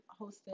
hosted